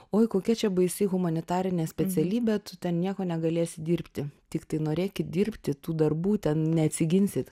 oi kokia čia baisi humanitarinė specialybė tu ten nieko negalėsi dirbti tiktai norėkit dirbti tų darbų ten neatsiginsit